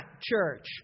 church